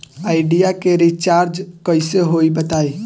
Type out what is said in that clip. Idea के recharge कइसे होई बताईं?